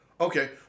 Okay